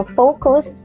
focus